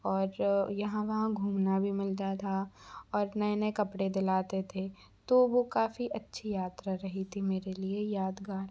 और यहाँ वहाँ घूमना भी मिलता था और नए नए कपड़े दिलाते थे तो वह काफ़ी अच्छी यात्रा रही थी मेरे लिए यादगार